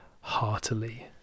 heartily